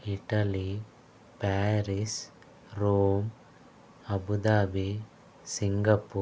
Italy Paris Rome Abu Dhabi Singapore